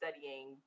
studying